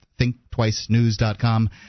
thinktwicenews.com